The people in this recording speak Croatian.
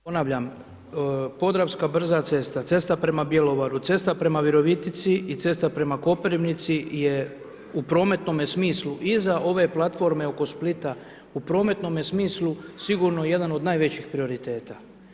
Podravska brza cesta, cesta prema Bjelovaru, cesta prema Virovitici i cesta prema Koprivnici je u prometnome smislu iza ove platforme oko Splita, u prometnome smislu sigurno jedan od najvećih prioriteta.